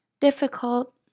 difficult